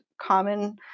common